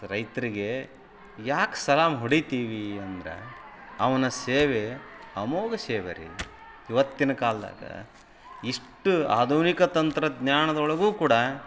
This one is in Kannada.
ರೈತರಿಗೆ ಯಾಕೆ ಸಲಾಮ್ ಹೊಡೀತೀವಿ ಅಂದ್ರೆ ಅವನ ಸೇವೆ ಅಮೋಘ ಸೇವೆ ರೀ ಇವತ್ತಿನ ಕಾಲ್ದಾಗೆ ಇಷ್ಟು ಆಧುನಿಕ ತಂತ್ರಜ್ಞಾನದೊಳಗೂ ಕೂಡ